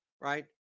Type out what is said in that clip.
right